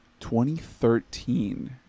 2013